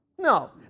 No